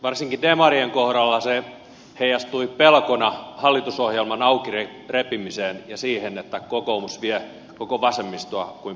varsinkin demarien kohdalla se heijastui pelkona hallitusohjelman auki repimisestä ja siitä että kokoomus vie koko vasemmistoa kuin pässiä narussa